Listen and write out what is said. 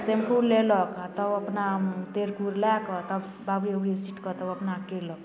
शेम्पुल लेलक आ तब अपना तेल कुर लै कऽ तब बाबरी ओबरी सीट कऽ तब अपना कयलक